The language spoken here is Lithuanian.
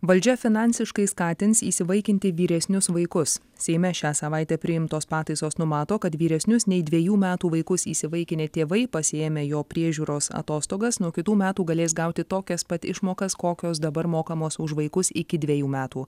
valdžia finansiškai skatins įsivaikinti vyresnius vaikus seime šią savaitę priimtos pataisos numato kad vyresnius nei dvejų metų vaikus įsivaikinę tėvai pasiėmę jo priežiūros atostogas nuo kitų metų galės gauti tokias pat išmokas kokios dabar mokamos už vaikus iki dvejų metų